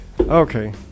Okay